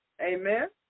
Amen